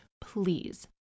please